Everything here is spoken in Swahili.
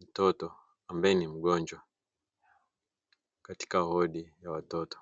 mtoto ambaye ni mgonjwa katika wodi ya watoto.